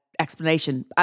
explanation